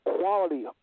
quality